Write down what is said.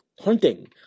hunting